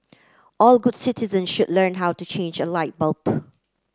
all good citizen should learn how to change a light bulb